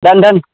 দিন দিন